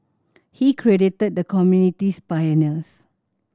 he credited the community's pioneers